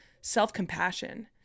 self-compassion